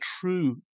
true